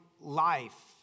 life